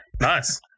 Nice